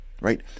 right